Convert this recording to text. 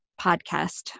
podcast